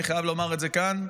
אני חייב לומר את זה כאן,